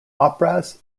operas